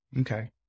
Okay